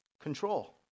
control